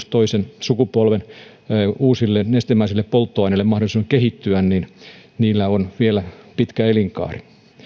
toisen sukupolven uusille nestemäisille polttoaineille mahdollisuuden kehittyä niin niillä on vielä pitkä elinkaari